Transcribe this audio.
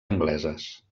angleses